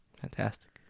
Fantastic